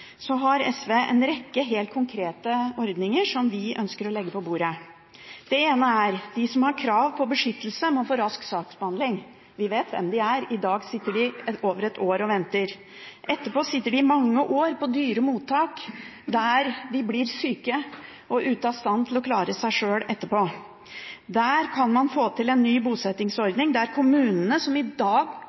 så har SV en rekke helt konkrete ordninger som vi ønsker å legge på bordet. Det ene er at de som har krav på beskyttelse, må få rask saksbehandling. Vi vet hvem de er. I dag sitter de over et år og venter. Etterpå sitter de mange år på dyre mottak der de blir syke og ute av stand til å klare seg sjøl etterpå. Der kan man få til en ny bosettingsordning der kommunene, som i dag